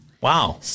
Wow